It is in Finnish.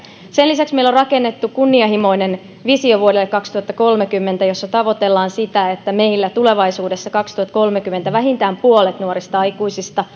sen lisäksi meillä on rakennettu kunnianhimoinen visio vuodelle kaksituhattakolmekymmentä jossa tavoitellaan sitä että meillä tulevaisuudessa vuonna kaksituhattakolmekymmentä vähintään puolet nuorista aikuisista